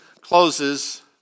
closes